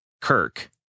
Kirk